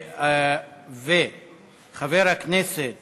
והצעה של חבר הכנסת